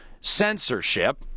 censorship